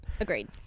Agreed